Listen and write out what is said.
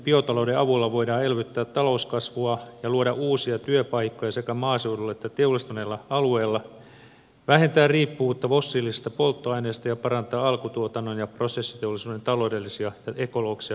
biotalouden avulla voidaan elvyttää talouskasvua ja luoda uusia työpaikkoja sekä maaseudulla että teollistuneilla alueilla vähentää riippuvuutta fossiilisista polttoaineista ja parantaa alkutuotannon ja prosessiteollisuuden taloudellista ja ekologista kestävyyttä